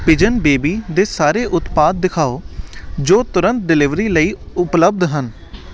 pigeon baby ਦੇ ਸਾਰੇ ਉਤਪਾਦ ਦਿਖਾਓ ਜੋ ਤੁਰੰਤ ਡਿਲੀਵਰੀ ਲਈ ਉਪਲੱਬਧ ਹਨ